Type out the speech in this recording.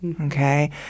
Okay